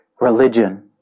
religion